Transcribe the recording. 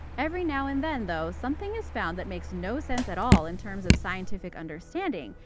every now and then, though, something is found that makes no sense at all in terms of scientific understanding,